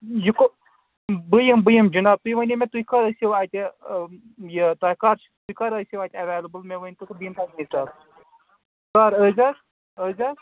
یہِ کو بہٕ یِمہٕ بہٕ یِمہٕ جِناب تُہۍ ؤنیُو مےٚ تُہۍ کَر ٲسیُو اَتہِ یہِ تۄہہِ کر چھِ تُہۍ کر ٲسیُو اَتہِ اٮ۪وَلیبُل مےٚ ؤنۍ تَو تُہۍ بہٕ یِمہٕ تٔمی ساتہٕ کر أزۍ حظ أزۍ حظ